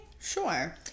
Sure